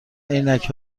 عینک